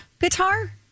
guitar